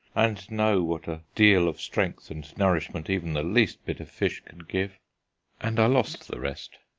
and know what a deal of strength and nourishment even the least bit of fish can give and i lost the rest.